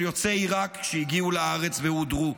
של יוצאי עיראק שהגיעו לארץ והודרו.